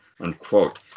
unquote